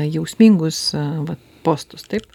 jausmingus vat postus taip